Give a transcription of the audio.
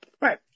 Right